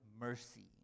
mercy